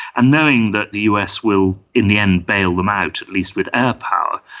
and knowing that the us will in the end bail them out, at least with air power,